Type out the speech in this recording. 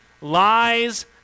lies